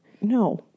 No